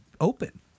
open